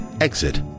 exit